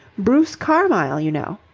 bruce carmyle, you know.